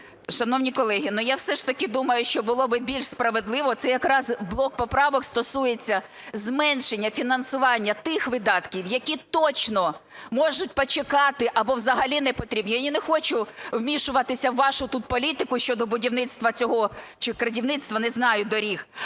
Шановні колеги, я все ж таки думаю, що було б більш справедливо, це якраз блок поправок стосується зменшення фінансування тих видатків, які точно можуть почекати або взагалі не потрібні. Я не хочу вмішуватися в вашу тут політику щодо будівництва чи "крадівництва", не знаю, доріг,